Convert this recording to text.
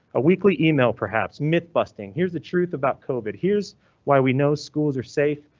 a weekly email, perhaps mythbusting. here's the truth about covid. here's why we know schools are safe.